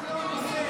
את לא הנושא.